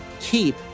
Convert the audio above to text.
keep